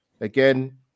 Again